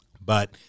But-